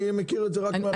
אני מכיר את זה רק מעכשיו.